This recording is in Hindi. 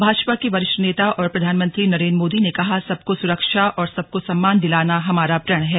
भाजपा के वरिष्ठ नेता और प्रधानमंत्री नरेन्द्र मोदी ने कहा सबको सुरक्षा और सबको सम्मान दिलाना हमारा प्रण है